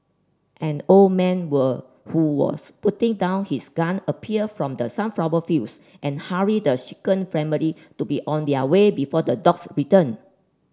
an old man were who was putting down his gun appeared from the sunflower fields and hurried the shaken family to be on their way before the dogs return